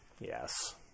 Yes